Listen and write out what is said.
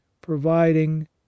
providing